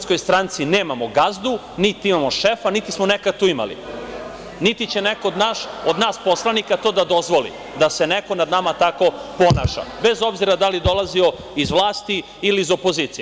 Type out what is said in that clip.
Mi u DS nemamo gazdu, niti imamo šefa, niti smo to nekad imali, niti će neko od nas poslanika to da dozvoli, da se neko nad nama tako ponaša, bez obzira da li dolazio iz vlasti ili iz opozicije.